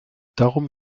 darum